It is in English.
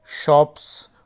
shops